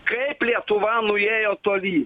kaip lietuva nuėjo tolyn